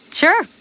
sure